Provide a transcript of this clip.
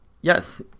yes